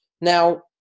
Now